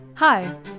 Hi